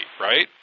right